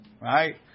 Right